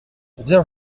bien